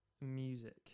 music